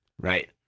Right